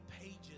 pages